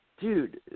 dude